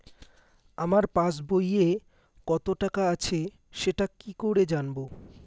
আমার পাসবইয়ে কত টাকা আছে সেটা কি করে জানবো?